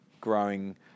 growing